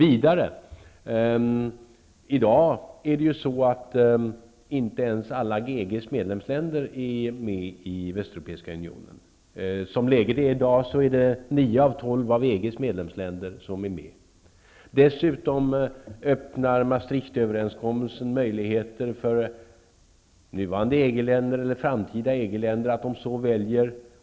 I dag är inte ens alla EG:s medlemsländer med i Västeuropeiska unionen. Endast nio av de tolv medlemsländerna är med. Maastricht-överenskommelsen öppnar dessutom möjligheter för nuvarande eller framtida EG länder.